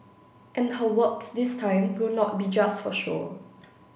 and her works this time will not be just for show